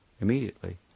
immediately